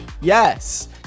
yes